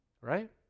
right